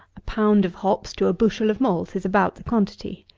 a pound of hops to a bushel of malt is about the quantity.